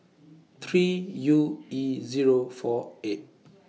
three U E Zero four eight